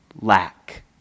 lack